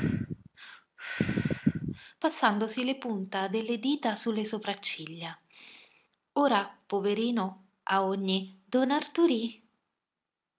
passandosi le punte delle dita su le sopracciglia ora poverino a ogni don arturì